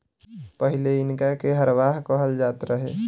पहिले इनका के हरवाह कहल जात रहे